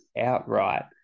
outright